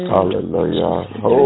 Hallelujah